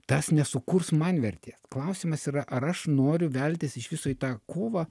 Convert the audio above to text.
tas nesukurs man vertės klausimas yra ar aš noriu veltis iš viso į tą kovą